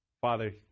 Father